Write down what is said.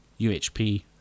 UHP